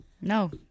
No